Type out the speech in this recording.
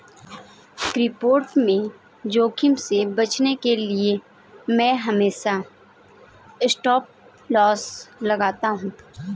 crypto में जोखिम से बचने के लिए मैं हमेशा स्टॉपलॉस लगाता हूं